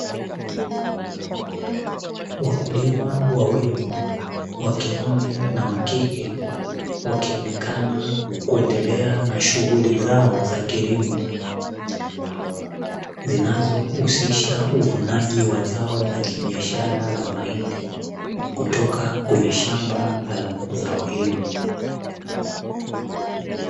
Wakulima wawili wakiume na wa kike wakionekana kuendelea na shughuli zao za kilimo, zinazohusisha uvunaji wa zao la kibiashara la mahindi kutoka kwenye shamba la zao hilo.